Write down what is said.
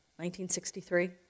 1963